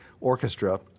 Orchestra